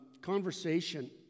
conversation